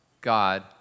God